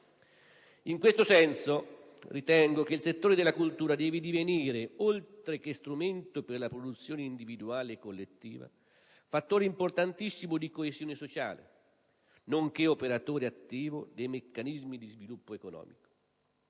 In questo senso, ritengo che il settore della cultura debba divenire, oltre che strumento per la produzione individuale e collettiva, fattore importantissimo di coesione sociale, nonché operatore attivo dei meccanismi di sviluppo economico.